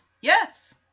Yes